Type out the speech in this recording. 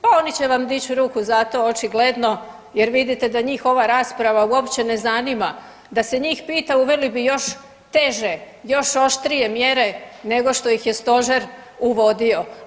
Pa oni će vam dići ruku za to očigledno jer vidite da njih ova rasprava uopće ne zanima, da se njih pita uveli bi još teže, još oštrije mjere nego što ih je Stožer uvodio.